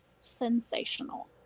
sensational